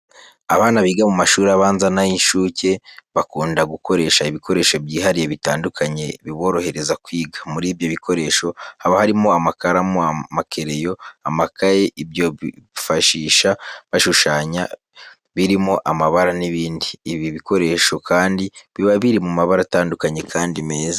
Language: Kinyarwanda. Abana biga mu mashuri abanza n'ay'inshuke bakunda gukoresha ibikoresho byihariye bitandukanye biborohereza kwiga. Muri ibyo bikoresho haba harimo amakaramu, amakereyo, amakayi, ibyo bifashisha bashushanya biromo amabara n'ibindi. Ibi bikoresho kandi biba biri mu mabara atandukanye kandi meza.